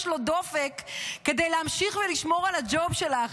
לו דופק כדי להמשיך ולשמור על הג'וב שלך,